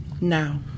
Now